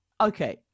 Okay